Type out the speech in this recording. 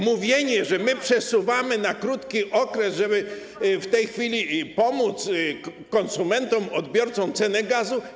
Mówicie, że przesuwamy na krótki okres, żeby w tej chwili pomóc konsumentom, odbiorcom gazu.